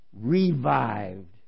revived